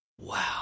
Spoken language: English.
wow